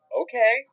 okay